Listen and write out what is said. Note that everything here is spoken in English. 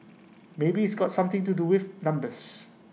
maybe it's got something to do with numbers